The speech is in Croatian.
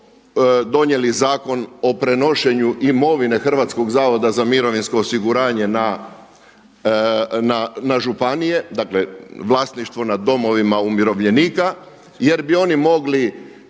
donijeli Zakon o prenošenju imovine Hrvatskog zavoda za mirovinsko osiguranje na županije, dakle vlasništvo nad domovima umirovljenika jer bi oni mogli